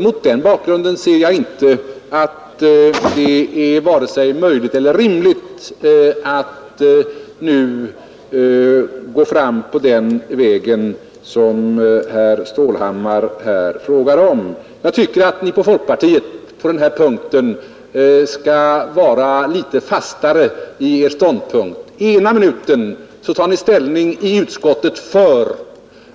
Mot den bakgrunden ser jag inte att det är vare sig möjligt eller rimligt att nu gå fram på den väg som herr Stålhammar här frågar om. Jag tycker att ni i folkpartiet på denna punkt skall vara litet fastare i er ståndpunkt. Ena minuten tar ni ställning i utskottet för